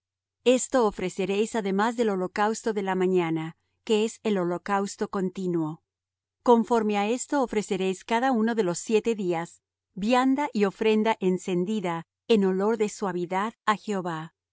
esto ofreceréis además del holocausto de la mañana que es el holocausto continuo conforme á esto ofreceréis cada uno de los siete días vianda y ofrenda encendida en olor de suavidad á jehová